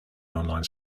online